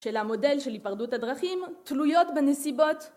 של המודל של היפרדות הדרכים תלויות בנסיבות